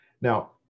Now